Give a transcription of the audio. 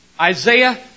Isaiah